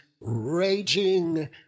raging